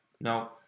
No